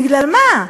בגלל מה?